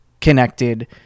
connected